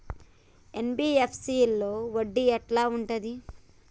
NBFC లో వడ్డీ ఎట్లా ఉంటది?